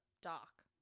doc